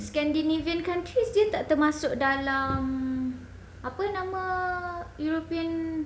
scandinavian countries dia tak termasuk dalam apa nama european